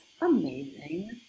amazing